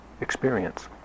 experience